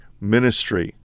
ministry